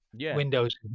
Windows